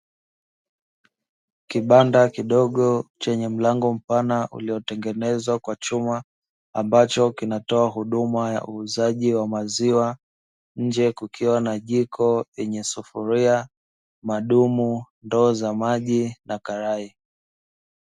Kibanda kidogo chenye mlango mpana uliotengenezwa kwa chuma ambacho kinatoa huduma ya uuzaji wa maziwa, nje kukiwa na jiko lenye: sufuria, madumu, ndoo za maji na karai.